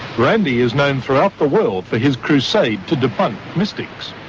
randi is known throughout the world for his crusade to debunk mystics,